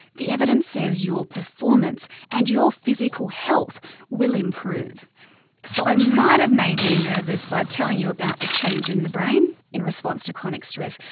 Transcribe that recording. the evidence says your performance and your physical health will improve so i might've made you nervous by telling you about the changes in the brain in response to chronic stress.